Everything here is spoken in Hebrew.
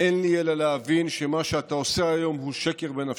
אין לי אלא להבין שמה שאתה עושה היום הוא שקר בנפשך,